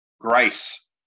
grace